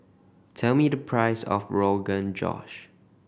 tell me the price of Rogan Josh